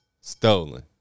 stolen